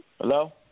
Hello